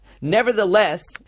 Nevertheless